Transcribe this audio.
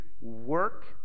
Work